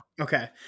Okay